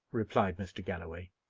replied mr. galloway.